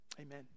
Amen